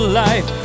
life